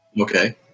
Okay